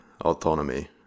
autonomy